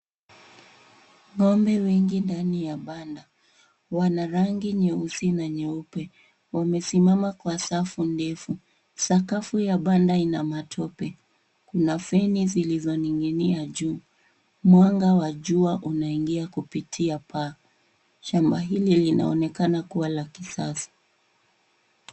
Ng'ombe wengi ndani ya banda, wana rangi nyeusi na nyeupe. Wamesimama kwa safu ndefu, sakafu ya banda ina matope. Kuna feni zilizoning'inia juu. Mwanga wa jua unaingia kupitia paa. Shamba hili linaonekana kuwa la kisasa.